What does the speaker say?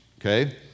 okay